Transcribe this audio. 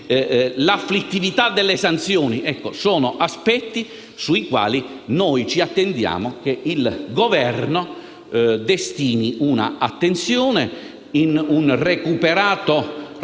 L'afflittività delle sanzioni è uno degli aspetti ai quali noi attendiamo che il Governo destini un'attenzione maggiore in un recuperato rapporto